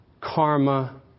karma